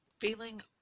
feeling